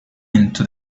into